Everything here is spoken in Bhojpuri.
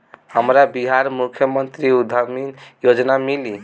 हमरा बिहार मुख्यमंत्री उद्यमी योजना मिली?